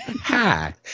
Hi